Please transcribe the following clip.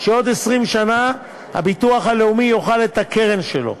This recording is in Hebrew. שעוד 20 שנה הביטוח הלאומי יאכל את הקרן שלו.